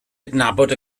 adnabod